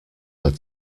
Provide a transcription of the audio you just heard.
had